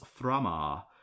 Thramar